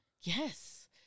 Yes